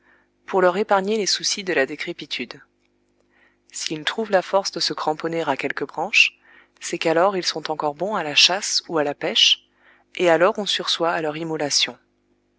pour leur épargner les soucis de la décrépitude s'ils trouvent la force de se cramponner à quelque branche c'est qu'alors ils sont encore bons à la chasse ou à la pêche et alors on sursoit à leur immolation